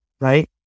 Right